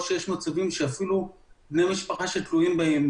או שיש מצבים שאפילו בני משפחה שתלויים בהם,